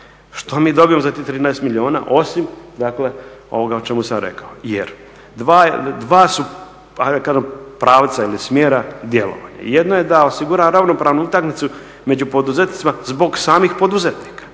Što mi dobivamo za tih 13 milijuna, osim dakle ovoga o čemu sam rekao. Jer dva su, da kažem pravca ili smjera djelovanja. Jedno je da osigura ravnopravnu utakmicu među poduzetnicima zbog samih poduzetnika.